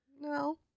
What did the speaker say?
No